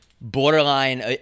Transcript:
borderline